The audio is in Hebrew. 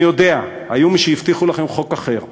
אני יודע, היו מי שהבטיחו לכם חוק אחר,